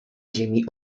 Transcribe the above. ziemi